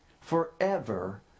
forever